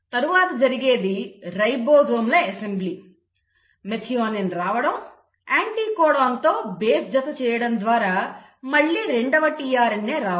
తరువాత జరిగేది రైబోజోమ్ల అసెంబ్లీ మెథియోనిన్ రావడం యాంటీకోడాన్తో బేస్ జత చేయడం ద్వారా మళ్లీ రెండవ tRNA రావడం